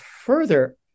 further